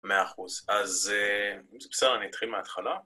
מאה אחוז. אז אם זה בסדר, אני אתחיל מההתחלה.